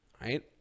right